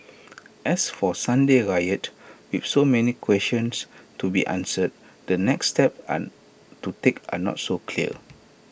as for Sunday's riot with so many questions to be answered the next steps and to take are not so clear